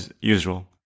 usual